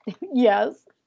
Yes